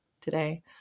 today